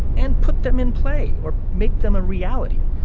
and put them in play or make them a reality.